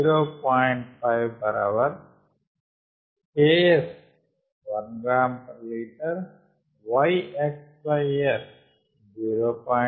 5 h 1 Ks is 1 gl Y xS is 0